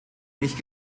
nicht